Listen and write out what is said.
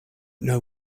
know